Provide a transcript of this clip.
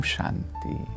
Shanti